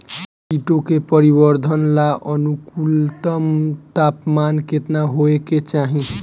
कीटो के परिवरर्धन ला अनुकूलतम तापमान केतना होए के चाही?